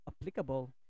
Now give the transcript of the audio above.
applicable